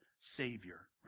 Savior